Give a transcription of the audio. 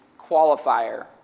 qualifier